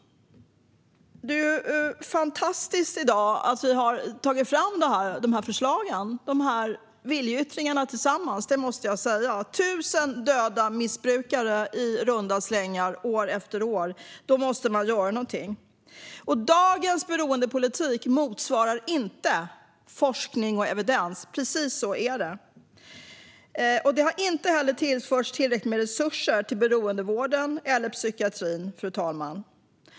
Det är fantastiskt att vi har tagit fram de här förslagen - de här viljeyttringarna - tillsammans. Det måste jag säga. När man har sett i runda slängar tusen döda missbrukare, år efter år, måste man göra någonting. Och dagens beroendepolitik motsvarar inte forskning och evidens. Precis så är det. Det har inte heller tillförts tillräckligt med resurser till beroendevården eller psykiatrin, fru talman.